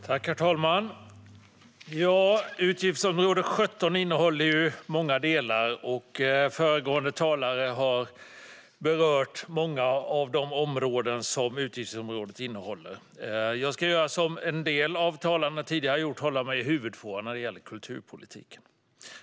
Herr talman! Utgiftsområde 17 innehåller många delar. Föregående talare har berört många av de områden som utgiftsområdet innehåller. Jag ska göra som en del talare tidigare gjort, nämligen hålla mig i huvudfåran när det gäller kulturpolitiken.